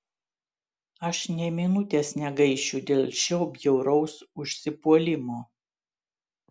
aš nė minutės negaišiu dėl šio bjauraus užsipuolimo